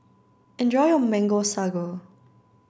enjoy your mango sago